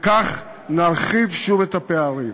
וכך נרחיב שוב את הפערים